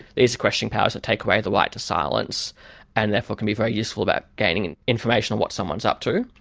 these questioning powers take away the right to silence and therefore can be very useful about gaining and information on what someone is up to.